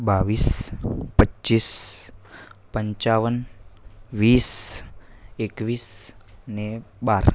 બાવીસ પચીસ પંચાવન વીસ એકવીસ ને બાર